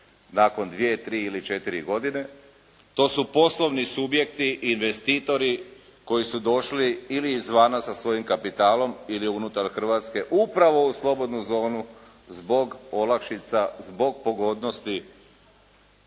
nakon dvije, tri ili četiri godine. To su poslovni subjekti, investitori koji su došli ili izvana sa svojim kapitalom ili unutar Hrvatske upravo u slobodnu zonu zbog olakšica, zbog pogodnosti